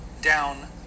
down